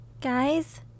Guys